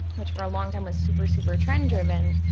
which for a long time was super, super trend driven,